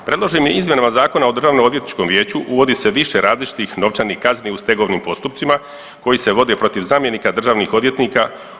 Predloženim izmjenama Zakona o Državnoodvjetničkom vijeću uvodi se više različitih novčanih kazni u stegovnim postupcima koji se vode protiv zamjenika državnih odvjetnika.